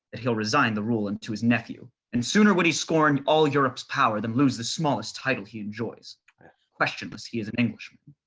that he'll resign the rule unto his nephew. and sooner would he scorn all europe's power, than lose the smallest title he enjoys for questionless he is an englishman.